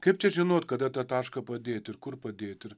kaip čia žinot kada tą tašką padėt ir kur padėt ir